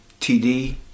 TD